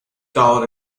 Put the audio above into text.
town